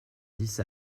dix